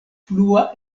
plua